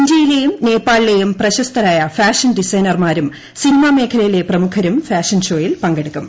ഇന്ത്യയിലെയും നേപ്പാളിലേയും പ്രശസ്തരായ ഫാഷൻ ഡിസൈനർമാരും സിനിമാ മേഖലയിലെ പ്രമുഖരും ഫാഷൻ ഷോയിൽ പങ്കെടുക്കും